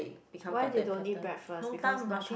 why you don't eat breakfast because no time